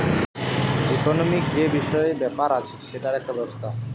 economic যে বিষয় ব্যাপার আছে সেটার একটা ব্যবস্থা